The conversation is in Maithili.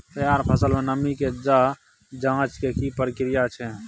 तैयार फसल में नमी के ज जॉंच के की प्रक्रिया छै?